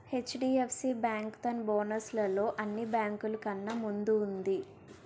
HDFC bank తన bonus లలో అన్ని బేంకులు కన్నా ముందు వుంది